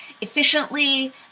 efficiently